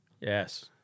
Yes